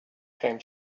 came